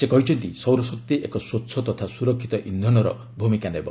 ସେ କହିଛନ୍ତି ସୌର ଶକ୍ତି ଏକ ସ୍ୱଚ୍ଛ ତଥା ସୁରକ୍ଷିତ ଇନ୍ଧନର ଭୂମିକା ନେବ